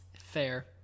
Fair